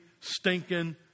stinking